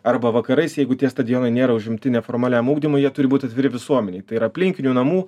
arba vakarais jeigu tie stadionai nėra užimti neformaliam ugdymui jie turi būt atviri visuomenei tai ir aplinkinių namų